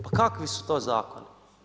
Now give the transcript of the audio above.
Pa kakvi su to zakoni?